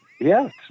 yes